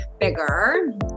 bigger